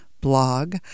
blog